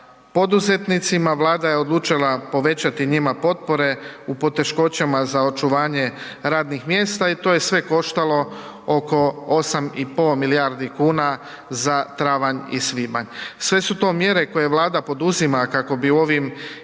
poduzetnicima Vlada je odlučila povećati njima potpore u poteškoćama za očuvanje radnih mjesta i to je sve koštalo oko 8,5 milijardi kuna za travanj i svibanj. Sve su to mjere koje Vlada poduzima kako bi u ovim